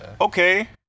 Okay